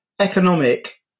economic